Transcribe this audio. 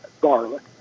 garlic